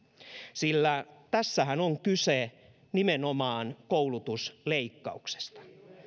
sillä tässähän on kyse nimenomaan koulutusleikkauksesta